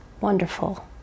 wonderful